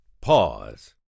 pause